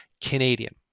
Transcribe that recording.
Canadian